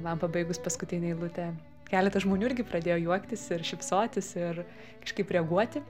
man pabaigus paskutinę eilutę keletas žmonių irgi pradėjo juoktis ir šypsotis ir kažkaip reaguoti